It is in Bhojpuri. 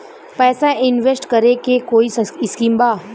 पैसा इंवेस्ट करे के कोई स्कीम बा?